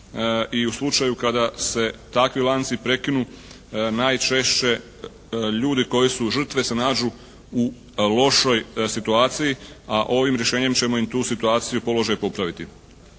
i u slučaju kada se takvi lanci prekinu najčešće ljudi koji su žrtve se nađu u lošoj situaciji, a ovim rješenjem ćemo im tu situaciju i položaj popraviti.